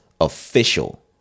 official